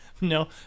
No